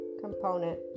component